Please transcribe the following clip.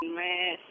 man